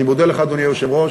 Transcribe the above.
אני מודה לך, אדוני היושב-ראש.